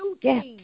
Yes